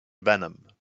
venom